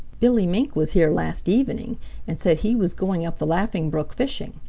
billy mink was here last evening and said he was going up the laughing brook fishing.